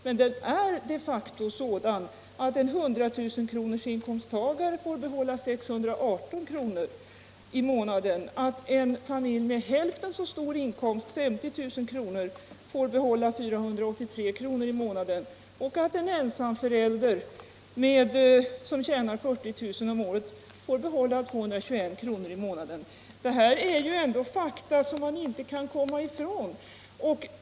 Men de facto är det så att en 100 000-kronors-inkomsttagare får behålla 618 kr. i månaden, att en familj med hälften så stor inkomst, 50 000 kr., får behålla 483 kr. i månaden och att en ensamförälder som tjänar 40 000 kr. om året får behålla 221 kr. i månaden. Detta är ju ändå fakta som man inte kan komma ifrån.